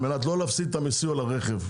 על מנת לא להפסיד את המיסוי על הרכב,